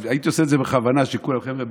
הייתי עושה את זה בכוונה, כדי שכולם יראו.